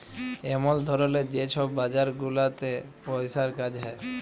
এমল ধরলের যে ছব বাজার গুলাতে পইসার কাজ হ্যয়